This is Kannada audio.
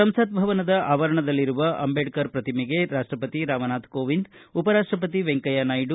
ಸಂಸತ್ ಭವನದ ಆವರಣದಲ್ಲಿರುವ ಅಂಬೇಡ್ಕರ್ ಪ್ರತಿಮೆಗೆ ರಾಷ್ಷಪತಿ ರಾಮನಾಥ ಕೋವಿಂದ್ ಉಪರಾಪ್ಟಪತಿ ವೆಂಕಯ್ಥನಾಯ್ವ